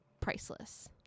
priceless